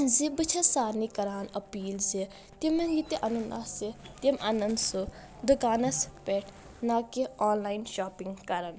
زِ بہٕ چھس سارِنےٕ کران اپیٖل زِ تِمن یہِ تہِ اَنُن آسہِ تِمہٕ آنن سُہ دُکانس پٮ۪ٹھ نہ کہ آن لایِن شاپِنگ کرن